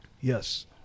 Yes